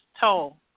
toll